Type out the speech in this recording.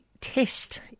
test